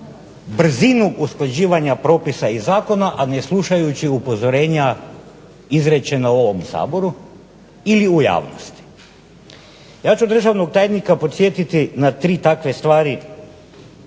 brzinu usklađivanja propisa i zakona, a ne slušajući upozorenja izrečena ovom Saboru ili u javnosti. Ja ću državnog tajnika podsjetiti na tri takve stvari